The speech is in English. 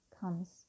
comes